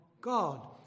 God